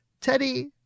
Teddy